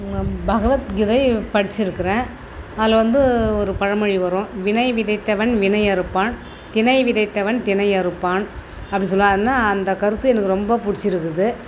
நான் பகவத் கீதை படிச்சிருக்கிறேன் அதில் வந்து ஒரு பழமொழி வரும் வினை விதைத்தவன் வினை அறுப்பான் திணை விதைத்தவன் திணை அறுப்பான் அப்படின்னு சொல்லுவார் ஏன்னால் அந்த கருத்து எனக்கு ரொம்ப பிடிச்சிருக்குது